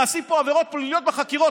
נעשות פה עבירות פליליות בחקירות.